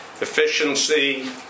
efficiency